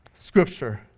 Scripture